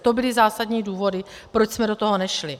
To byly zásadní důvody, proč jsme do toho nešli.